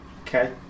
Okay